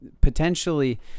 potentially